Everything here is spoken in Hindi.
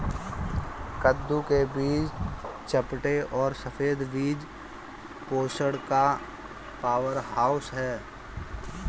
कद्दू के बीज चपटे और सफेद बीज पोषण का पावरहाउस हैं